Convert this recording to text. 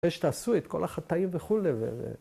‫אחרי שתעשו ‫את כל החטאים וכולי ו...